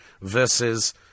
versus